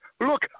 look